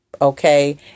Okay